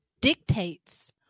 dictates